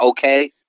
Okay